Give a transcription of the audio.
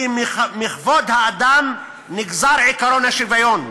כי מכבוד האדם נגזר עקרון השוויון.